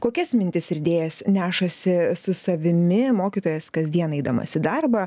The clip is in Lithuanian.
kokias mintis ir idėjas nešasi su savimi mokytojas kasdien eidamas į darbą